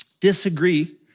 disagree